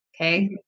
okay